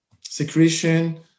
secretion